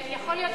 יכול להיות,